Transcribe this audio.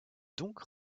donc